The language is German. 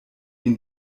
ihn